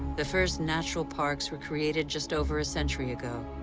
the first natural parks were created just over a century ago.